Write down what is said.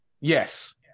Yes